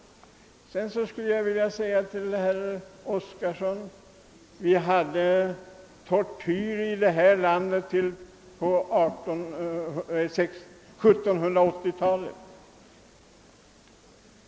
Jag vill också påpeka för herr Oskarson att det förekom tortyr här i landet till 1780-talet.